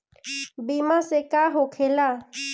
बीमा से का होखेला?